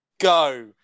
go